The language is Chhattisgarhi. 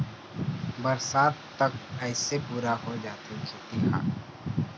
बरसात तक अइसे पुरा हो जाथे खेती ह